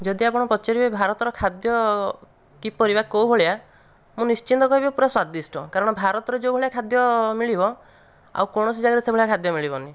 ଯଦି ଆପଣ ପଚାରିବେ ଭାରତର ଖାଦ୍ୟ କିପରି ବା କେଉଁ ଭଳିଆ ମୁଁ ନିଶ୍ଚିନ୍ତ କହିବି ପୁରା ସ୍ଵାଦିଷ୍ଟ କାରଣ ଭାରତରେ ଯେଉଁ ଭଳିଆ ଖାଦ୍ୟ ମିଳିବ ଆଉ କୌଣସି ଜାଗାରେ ସେହି ଭଳିଆ ଖାଦ୍ୟ ମିଳିବନି